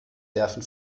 werfen